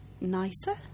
nicer